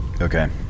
Okay